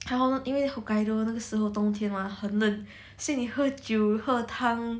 然后因为 hokkaido 那个时候冬天嘛很冷所以你喝酒喝汤